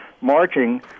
marching